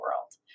world